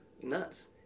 nuts